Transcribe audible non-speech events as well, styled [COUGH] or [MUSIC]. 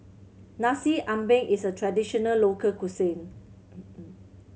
Nasi Ambeng is a traditional local cuisine [NOISE]